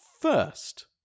first